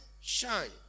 shine